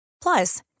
plus